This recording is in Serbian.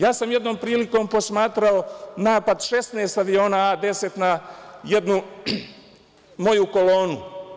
Ja sam jednom prilikom posmatrao napad 16 aviona A10 na jednu moju kolonu.